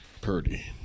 Purdy